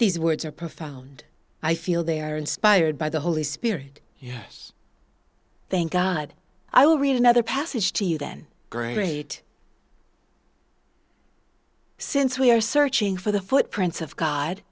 these words are profound i feel they are inspired by the holy spirit yes thank god i will read another passage to you then great since we are searching for the footprints of god